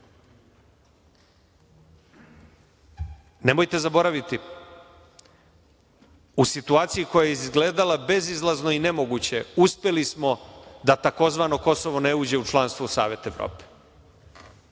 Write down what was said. zaboraviti, u situaciji koja je izgledala bezizlazno i nemoguće, uspeli smo da tzv. Kosovo ne uđe u članstvo Saveta Evrope.